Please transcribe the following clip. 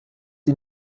sie